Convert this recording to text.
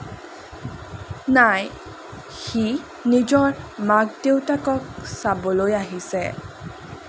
নাই সি নিজৰ মাক দেউতাকক চাবলৈ আহিছে